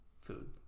food